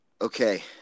Okay